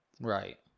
Right